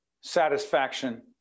satisfaction